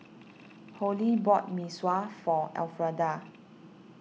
Holli bought Mee Sua for Alfreda